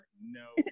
no